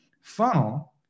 funnel